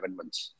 months